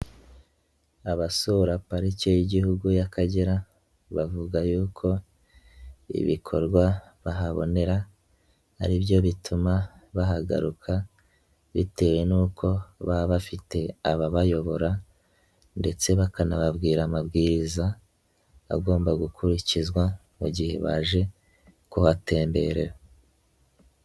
Abasura parike y'Igihugu y'Akagera bavuga yuko ibikorwa bahabonera ari byo bituma bahagaruka bitewe n'uko baba bafite ababayobora ndetse bakanababwira amabwiriza agomba gukurikizwa mu gihe baje kuhatemberera.